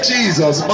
Jesus